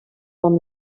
amb